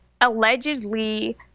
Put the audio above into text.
allegedly